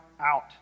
out